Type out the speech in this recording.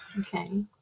Okay